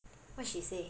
what she say